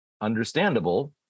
understandable